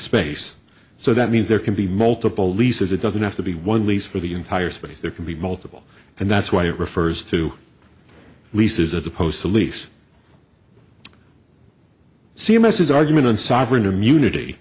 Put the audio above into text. space so that means there can be multiple leases it doesn't have to be one lease for the entire space there can be multiple and that's why it refers to leases as opposed to lease c m s is argument on sovereign immunity